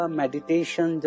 meditation